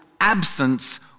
absence